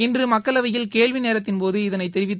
இன்று மக்களவையில் கேள்வி நேரத்தின் போது இதனைத் தெரிவித்த